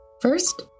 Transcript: First